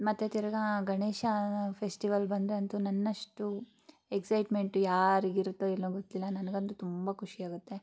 ಮತ್ತು ತಿರ್ಗಿ ಗಣೇಶ ಫೆಶ್ಟಿವಲ್ ಬಂದರೆ ಅಂತೂ ನನ್ನಷ್ಟು ಎಕ್ಸೈಟ್ಮೆಂಟು ಯಾರಿಗೆ ಇರುತ್ತೆ ಇಲ್ಲವೋ ಗೊತ್ತಿಲ್ಲ ನನಗಂತೂ ತುಂಬ ಖುಷಿ ಆಗುತ್ತೆ